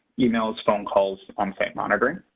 emails, phone calls onsite monitoring.